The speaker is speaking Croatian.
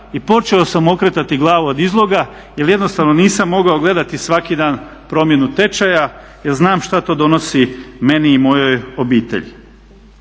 i počeo sam okretati glavu od izloga jer jednostavno nisam mogao gledati svaki dan promjenu tečaja jer znam šta to donosi meni i mojoj obitelji.